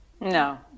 No